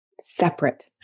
Separate